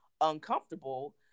uncomfortable